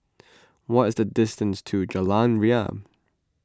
what is the distance to Jalan Ria